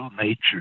nature